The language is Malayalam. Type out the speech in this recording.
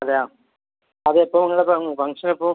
അതെയോ അതെപ്പോൾ മുതൽ തുടങ്ങും ഫംഗ്ഷൻ എപ്പോൾ